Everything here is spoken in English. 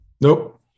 Nope